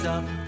up